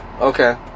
Okay